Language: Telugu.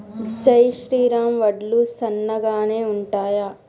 జై శ్రీరామ్ వడ్లు సన్నగనె ఉంటయా?